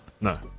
No